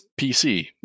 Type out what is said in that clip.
pc